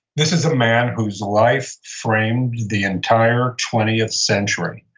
this is a man whose life framed the entire twentieth century.